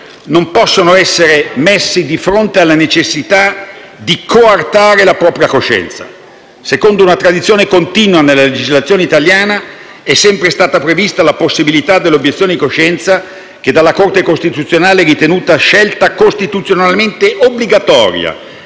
non possono essere messi di fronte alla necessità di coartare la propria coscienza. Secondo una tradizione continua nella legislazione italiana, è sempre stata prevista la possibilità dell'obiezione di coscienza, che dalla Corte costituzionale è ritenuta scelta costituzionalmente obbligatoria,